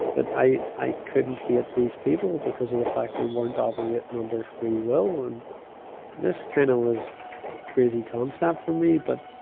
i, i couldn't hate these people because of the fact they weren't operating under free will. and this kind of was crazy concept for me, but,